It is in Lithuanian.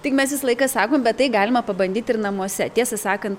tik mes visą laiką sakom bet tai galima pabandyt ir namuose tiesą sakant